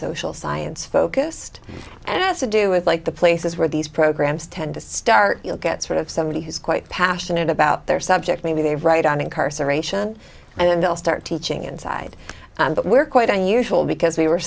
social science focused and has to do with like the places where these programs tend to start you'll get sort of somebody who's quite passionate about their subject maybe they've right on incarceration and they'll start teaching inside but we're quite unusual because we were